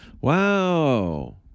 Wow